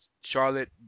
Charlotte